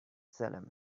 salem